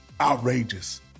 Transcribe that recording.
outrageous